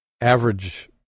average